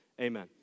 Amen